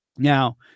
Now